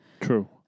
True